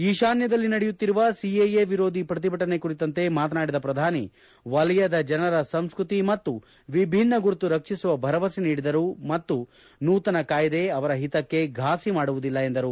ಈಶಾನ್ಯದಲ್ಲಿ ನಡೆಯುತ್ತಿರುವ ಸಿಎಎ ವಿರೋಧಿ ಪ್ರತಿಭಟನೆ ಕುರಿತಂತೆ ಮಾತನಾಡಿದ ಪ್ರಧಾನಿ ವಲಯದ ಜನರ ಸಂಸ್ಕೃತಿ ಮತ್ತು ವಿಭಿನ್ನ ಗುರುತು ರಕ್ಷಿಸುವ ಭರವಸೆ ನೀಡಿದರು ಮತ್ತು ನೂತನ ಕಾಯಿದೆ ಅವರ ಹಿತಕ್ಷೆ ಫಾಸಿ ಮಾಡುವುದಿಲ್ಲ ಎಂದರು